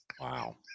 Wow